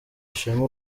ishema